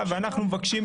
אתה, מה אתה רואה?